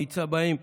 מאיצה אותם,